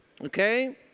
Okay